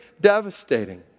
devastating